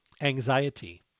Anxiety